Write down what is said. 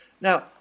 Now